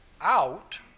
out